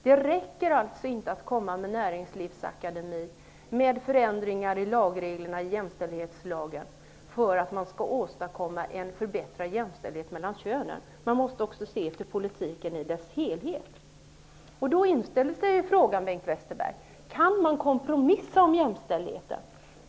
Det räcker inte att komma med en näringslivsakademi och med förändringar i jämställdhetslagen för att man skall åstadkomma en förbättrad jämställdhet mellan könen. Man måste också se till politiken i dess helhet. Då inställer sig frågan, Bengt Westerberg, om man kan kompromissa om jämställdheten.